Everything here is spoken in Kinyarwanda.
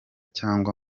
cyangwa